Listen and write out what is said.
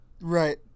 Right